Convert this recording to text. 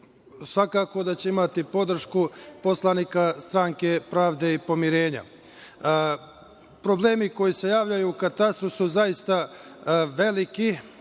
svakako da će imati podršku poslanika stranke „Pravde i pomirenja“.Problemi koji se javljaju u Katastru su zaista veliki